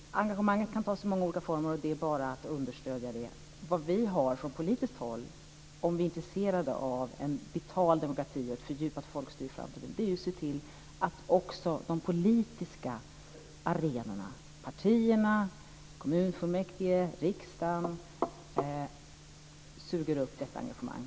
Engagemanget kan ta sig många olika former, och det gäller bara att understödja det. Vad vi har att göra från politiskt håll, om vi är intresserade av en vital demokrati och ett fördjupat folkstyre, är att se till att också de politiska arenorna - partierna, kommunfullmäktigeförsamlingarna och riksdagen - suger upp detta engagemang.